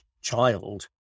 child